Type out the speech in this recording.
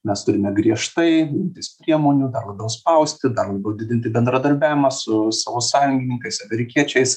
mes turime griežtai imtis priemonių dar labiau spausti dar labiau didinti bendradarbiavimą su savo sąjungininkais amerikiečiais